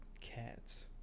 cats